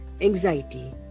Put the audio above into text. Anxiety